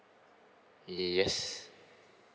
yes